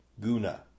guna